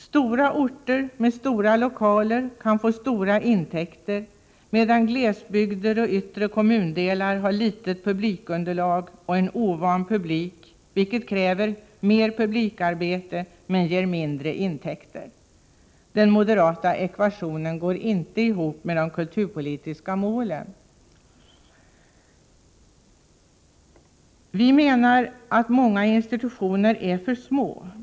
Större orter med stora lokaler kan få betydande intäkter, medan glesbygden och yttre kommundelar har litet publikunderlag och en ovan publik, vilket kräver mer publikarbete men ger mindre intäkter. Den moderata ekvationen går inte ihop med de kulturpolitiska målen. Vi menar att många institutioner är för små.